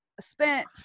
spent